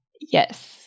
Yes